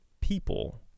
people